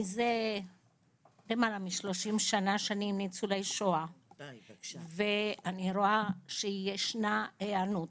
מזה למעלה מ-30 שנה שאני עם ניצולי שואה ואני רואה שישנה היענות.